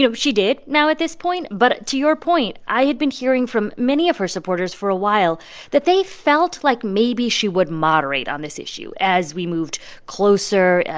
you know she did now at this point, but to your point, i had been hearing from many of her supporters for a while that they felt like maybe she would moderate on this issue as we moved closer,